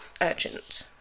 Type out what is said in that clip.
urgent